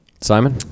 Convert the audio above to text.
Simon